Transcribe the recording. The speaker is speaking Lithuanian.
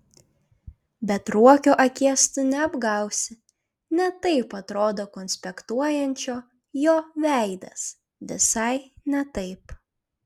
bet ruokio akies tu neapgausi ne taip atrodo konspektuojančio jo veidas visai ne taip